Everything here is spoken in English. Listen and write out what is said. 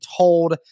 told